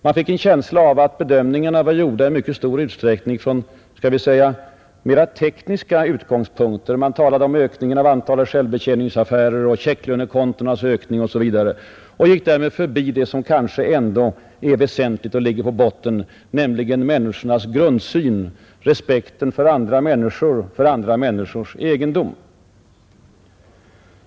Man fick en känsla av att bedömningarna i mycket stor utsträckning var gjorda från mer ”tekniska” utgångspunkter. Det talades om ökning av antalet självbetjäningsaffärer, checklönekontonas ökning osv. Därmed förbigicks det som kanske är mest väsentligt och som ligger i botten, nämligen människornas grundsyn, respekten för andra människor och andra människors egendom.